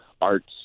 arts